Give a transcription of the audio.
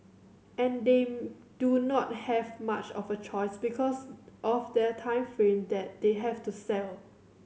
and they do not have much of a choice because of their time frame that they have to sell